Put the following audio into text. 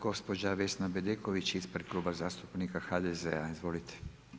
Gospođa Vesna Bedeković, ispred Kluba zastupnika HDZ-a, izvolite.